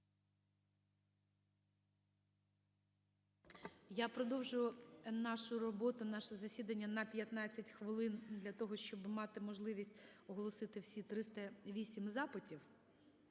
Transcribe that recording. Я продовжу нашу роботу, наше засідання на 15 хвилин для того, щоб мати можливість оголосити всі 308 запитів.